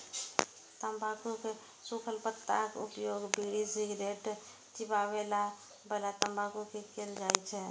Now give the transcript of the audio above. तंबाकू के सूखल पत्ताक उपयोग बीड़ी, सिगरेट, चिबाबै बला तंबाकू मे कैल जाइ छै